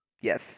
Yes